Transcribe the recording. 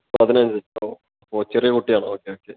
പതിനഞ്ച് ഓ ഓ ചെറിയ കുട്ടിയാണ് ഓക്കെ ഓക്കെ